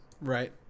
right